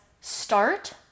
start